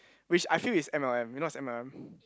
which I feel is m_l_m you know what is m_l_m